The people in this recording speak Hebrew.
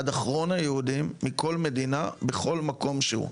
עד אחרון היהודים, מכל מדינה, בכל מקום שהוא.